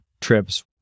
trips